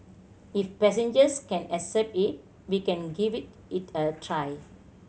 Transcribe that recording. if passengers can accept it we can give it it a try